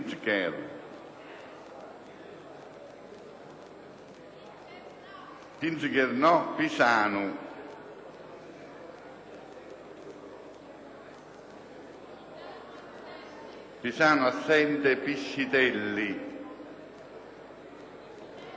Piscitelli, Pistorio, Pittoni,